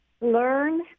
learn